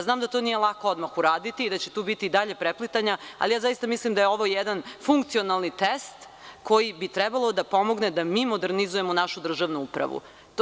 Znam da to nije lako odmah uraditi i da će tu biti i dalje preplitanja, ali zaista mislim da je ovo jedan funkcionalni test koji bi trebalo da pomogne da mi modernizujemo našu državnu upravu.